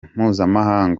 mpuzamahanga